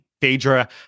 phaedra